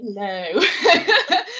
Hello